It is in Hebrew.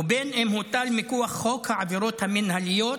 ובין שהוטל מכוח חוק העבירות המינהליות,